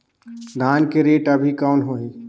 धान के रेट अभी कौन होही?